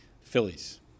Phillies